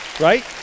right